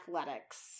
athletics